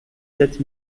sept